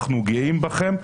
אנחנו גאים בכם.